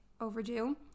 overdue